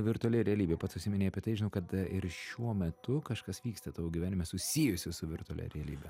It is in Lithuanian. virtuali realybė pats užsiminei apie tai žinau kad a ir šiuo metu kažkas vyksta tavo gyvenime susijusio su virtualia realybe